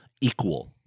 equal